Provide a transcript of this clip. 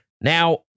Now